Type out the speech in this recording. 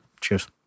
Cheers